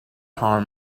arm